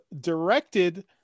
directed